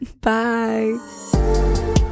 Bye